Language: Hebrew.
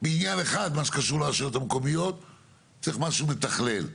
בעניין אחד למה שקשור לרשויות המקומיות צריך משהו מתכלל.